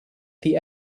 the